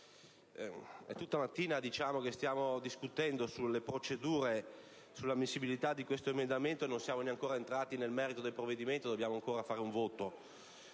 tutta la mattina che stiamo discutendo sulle procedure e sull'ammissibilità di questo emendamento, non siamo ancora entrati nel merito del provvedimento e dobbiamo ancora votare. È vero